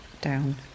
down